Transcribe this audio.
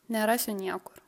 nerasiu niekur